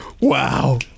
Wow